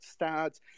stats